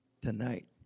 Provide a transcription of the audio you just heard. tonight